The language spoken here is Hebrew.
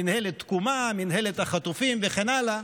מינהלת תקומה, מינהלת החטופים וכן הלאה,